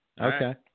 Okay